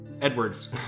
Edwards